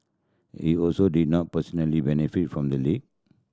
he also did not personally benefit from the leak